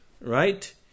Right